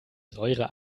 säure